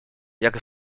jak